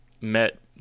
met